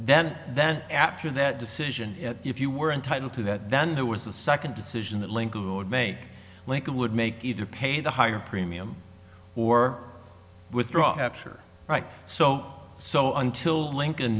then then after that decision if you were entitled to that then there was a second decision that linkable would make lincoln would make either pay the higher premium or withdraw after right so so until lincoln